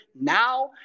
now